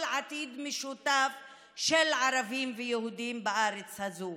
עתיד משותף של ערבים ויהודים בארץ הזאת.